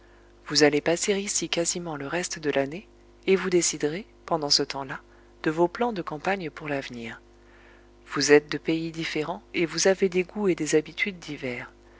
vous allez passer ici quasiment le reste de l'année et vous déciderez pendant ce temps-là de vos plans de campagnes pour l'avenir vous êtes de pays différents et vous avez des goûts et des habitudes divers